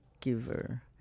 giver